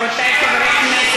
רבותי חברי הכנסת,